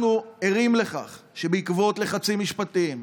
אנחנו ערים לכך שבעקבות לחצים משפטיים,